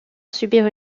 subirent